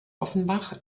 offenbach